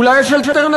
אולי יש אלטרנטיבות,